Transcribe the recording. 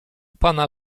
pana